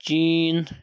China